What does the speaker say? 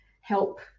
help